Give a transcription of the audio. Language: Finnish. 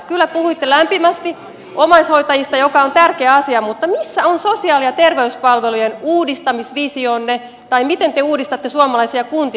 kyllä puhuitte lämpimästi omaishoitajista joka on tärkeä asia mutta missä on sosiaali ja terveyspalvelujen uudistamisvisionne tai miten te uudistatte suomalaisia kuntia